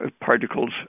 particles